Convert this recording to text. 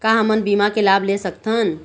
का हमन बीमा के लाभ ले सकथन?